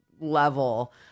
level